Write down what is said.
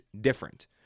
different